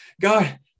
God